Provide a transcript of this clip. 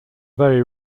very